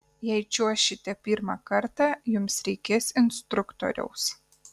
jei čiuošite pirmą kartą jums reikės instruktoriaus